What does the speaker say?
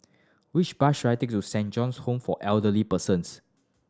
which bus should I take to Saint John's Home for Elderly Persons